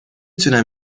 تونم